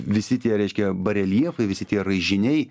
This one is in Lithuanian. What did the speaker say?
visi tie reiškia bareljefai visi tie raižiniai